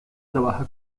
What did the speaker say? trabaja